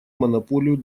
монополию